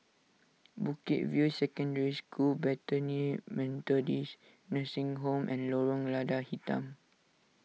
Bukit View Secondary School Bethany Methodist Nursing Home and Lorong Lada Hitam